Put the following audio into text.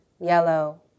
yellow